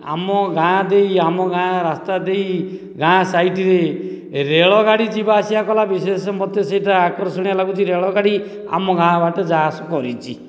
ଆମ ଗାଁ ଦେଇ ଆମ ଗାଁ ରାସ୍ତା ଦେଇ ଗାଁ ସାଇଡ଼ରେ ରେଳ ଗାଡ଼ି ଯିବା ଆସିବା କଲା ବିଶେଷ ମୋତେ ସେଇଟା ଆକର୍ଷଣୀୟ ଲାଗୁଛି ରେଳଗାଡ଼ି ଆମ ଗାଁ ବାଟେ ଯା ଆସ କରିଛି